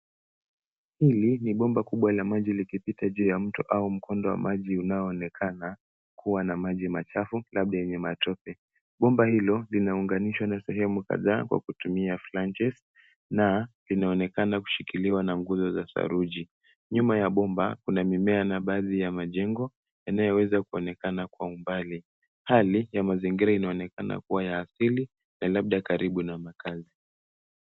Hili ni bomba kubwa la maji likipita juu ya mto au mkondo wa maji unaoonekana kuwa na maji machafu labda yenye matope. Bomba hilo linaunganishwa na sehemu kadhaa kwa kutumia flanges na inaonekana kushikiliwa na nguzo za saruji. Nyuma ya bomba kuna mimea na baadhi ya majengo yanayoweza kuonekana kwa umbali. Hali ya mazingira inaonekana kuwa ya asili na labda karibu na makazi.